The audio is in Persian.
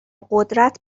قدرت